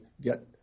get